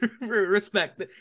respect